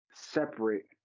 separate